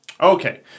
okay